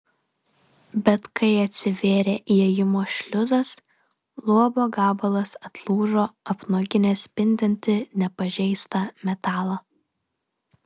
bet kai atsivėrė įėjimo šliuzas luobo gabalas atlūžo apnuoginęs spindintį nepažeistą metalą